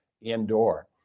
indoor